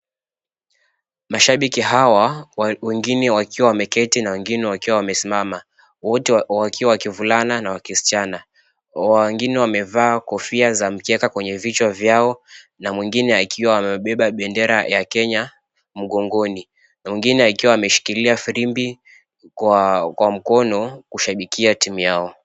Mashabiki hawa wengine wakiwa wameketi na wengine wakiwa wamesimama, wote wakiwa wakivulana na wakischana, wengine wamevaa kofia za mkeka kwenye vichwa vyao na mwengine akiwa amebeba bendera ya Kenya mgongoni, mwengine akiwa ameshikilia firimbi kwa mkono kushabikia timu yao.